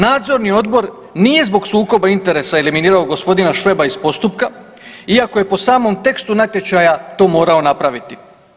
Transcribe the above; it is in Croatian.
Nadzorni odbor nije zbog sukoba interesa eliminirao gospodina Šveba iz postupka, iako je po samom tekstu natječaja to morao napraviti.